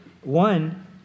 One